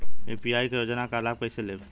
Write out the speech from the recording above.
UP क योजना क लाभ कइसे लेब?